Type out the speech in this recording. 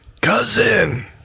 Cousin